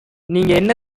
நீங்க